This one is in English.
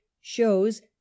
shows